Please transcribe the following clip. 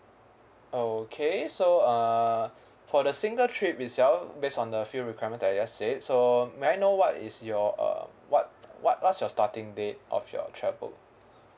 okay so uh for the single trip itself based on the few requirement that I just said so may I know what is your uh what what what's your starting date of your travel